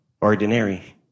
ordinary